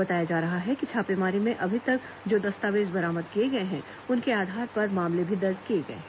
बताया जा रहा है कि छापेमारी में अभी तक जो दस्तावेज बरामद किए गए हैं उसके आधार पर मामले भी दर्ज किये गए हैं